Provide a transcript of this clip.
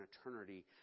eternity